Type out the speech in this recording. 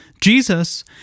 Jesus